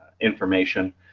information